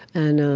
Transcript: and